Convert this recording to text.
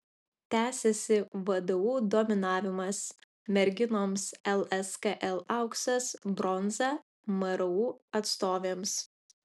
tęsiasi vdu dominavimas merginoms lskl auksas bronza mru atstovėms